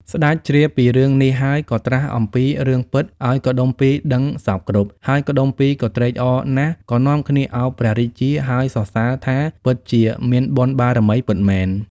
ស្ដេចជ្រាបពីរឿងនេះហើយ ក៏ត្រាស់អំពីរឿងពិតឱ្យកុដុម្ពីក៍ដឹងសព្វគ្រប់ ហើយកុដុម្ពីក៍ក៏ត្រេកអរណាស់ក៏នាំគា្នឱបព្រះរាជា ហើយសរសើរថាពិតជាមានបុណ្យបារមីពិតមែន។